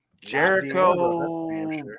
Jericho